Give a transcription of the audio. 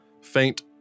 faint